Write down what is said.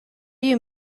you